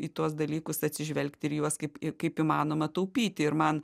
į tuos dalykus atsižvelgti ir į juos kaip kaip įmanoma taupyti ir man